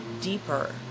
deeper